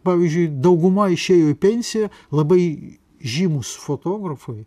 pavyzdžiui dauguma išėjo į pensiją labai žymūs fotografai